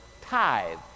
tithe